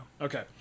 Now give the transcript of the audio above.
Okay